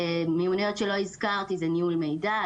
מיומנויות שלא הזכרתי: ניהול מידע,